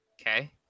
Okay